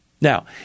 Now